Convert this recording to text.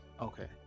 Okay